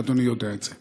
אדוני יודע את זה.